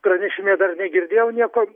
pranešime dar negirdėjau nieko